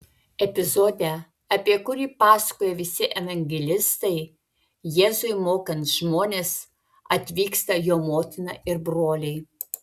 epizode apie kurį pasakoja visi evangelistai jėzui mokant žmones atvyksta jo motina ir broliai